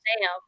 Sam